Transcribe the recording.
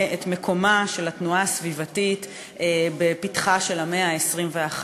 את מקומה של התנועה הסביבתית בפתחה של המאה ה-21.